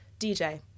dj